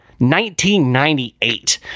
1998